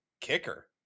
kicker